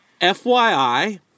FYI